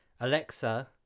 Alexa